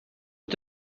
but